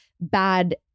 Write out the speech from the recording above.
bad